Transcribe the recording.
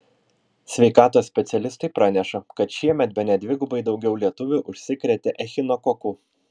sveikatos specialistai praneša kad šiemet bene dvigubai daugiau lietuvių užsikrėtė echinokoku